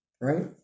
Right